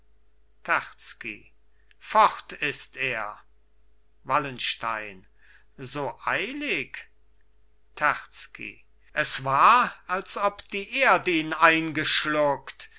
fort ist er wallenstein so eilig terzky es war als ob die erd ihn